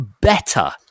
better